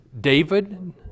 David